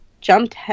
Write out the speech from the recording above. jumped